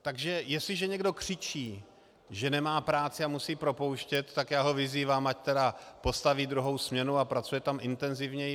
Takže jestliže někdo křičí, že nemá práci a musí propouštět, tak ho vyzývám, ať postaví druhou směnu a pracuje tam intenzivněji.